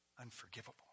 unforgivable